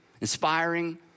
inspiring